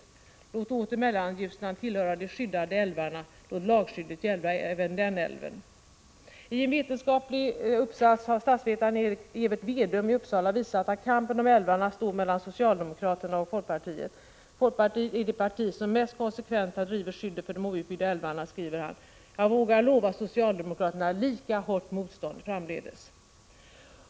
Låt åter Mellanljusnan tillhöra de skyddade älvarna, låt lagskyddet gälla även denna älv! I en vetenskaplig uppsats har statsvetaren Evert Vedum i Uppsala visat att kampen om älvarna står mellan socialdemokraterna och folkpartiet. Folkpartiet är det parti som mest konsekvent har drivit skyddet för de outbyggda älvarna, skriver han. Jag vågar lova socialdemokraterna lika hårt motstånd framdeles.